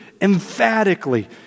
emphatically